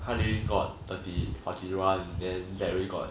翰林 got thirty forty one then jerry got